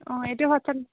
অঁ এইটো